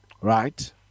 Right